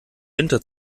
winter